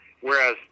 Whereas